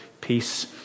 peace